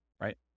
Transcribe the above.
right